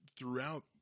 Throughout